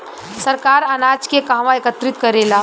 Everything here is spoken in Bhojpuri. सरकार अनाज के कहवा एकत्रित करेला?